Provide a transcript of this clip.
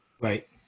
Right